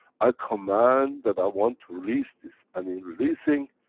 i command that i want to release this, and in releasing.